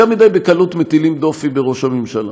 יותר מדי בקלות מטילים דופי בראש הממשלה.